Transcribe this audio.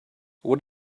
what